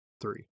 three